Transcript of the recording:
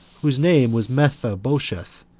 whose name was mephibosheth,